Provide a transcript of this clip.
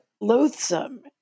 Loathsome